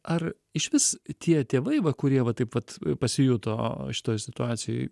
ar išvis tie tėvai va kurie va taip vat pasijuto šitoj situacijoj